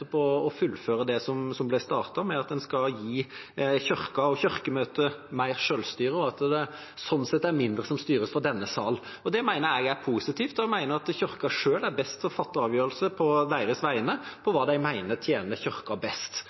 som ble startet, at man skal gi Kirken og Kirkemøtet mer selvstyre – at det sånn sett er mindre som styres fra denne sal. Det mener jeg er positivt. Jeg mener Kirken selv er best til å fatte avgjørelser på egne vegne om hva de mener tjener Kirken best.